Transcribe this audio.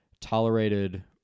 tolerated